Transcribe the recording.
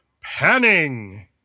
panning